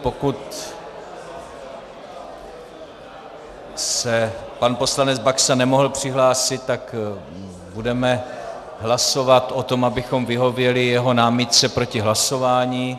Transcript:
Pokud se poslanec Baxa nemohl přihlásit, tak budeme hlasovat o tom, abychom vyhověli jeho námitce proti hlasování.